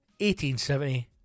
1870